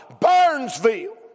Burnsville